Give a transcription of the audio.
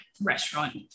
restaurant